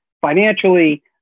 financially